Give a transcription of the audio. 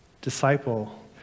disciple